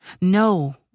No